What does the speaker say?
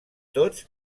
tots